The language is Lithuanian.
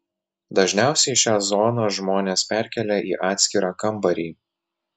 dažniausiai šią zoną žmonės perkelia į atskirą kambarį